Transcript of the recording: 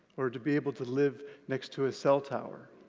or to be able to live next to a cell tower.